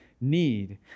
need